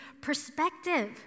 perspective